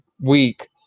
week